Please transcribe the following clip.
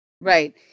Right